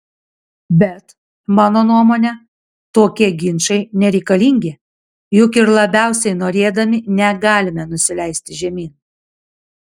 bet mano nuomone tokie ginčai nereikalingi juk ir labiausiai norėdami negalime nusileisti žemyn